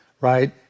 right